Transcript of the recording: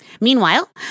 Meanwhile